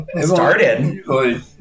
started